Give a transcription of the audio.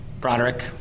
Broderick